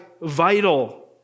vital